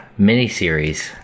miniseries